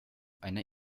einer